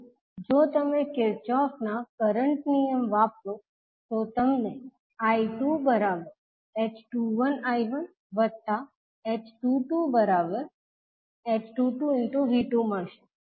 તેથી જો તમે કિર્ચહોફના કરંટ નિયમ Kirchhoff's current law વાપરો તો તમને I2h21I1h22V2 મળશે